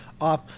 off